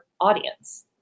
audience